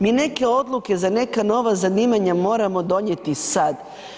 Mi neke odluke za neka nova zanimanja moramo donijeti sada.